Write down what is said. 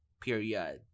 period